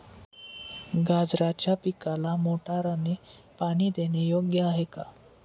गाजराच्या पिकाला मोटारने पाणी देणे योग्य आहे का?